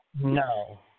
No